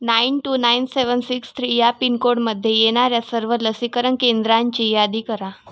nine two nine seven six three या पिनकोडमध्ये येणाऱ्या सर्व लसीकरण केंद्रांची यादी करा